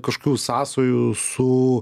kažkokių sąsajų su